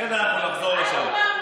אחרי זה אנחנו נחזור לשם.